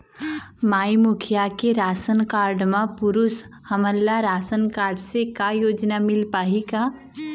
माई मुखिया के ration card म पुरुष हमन ला रासनकारड से का योजना मिल पाही का?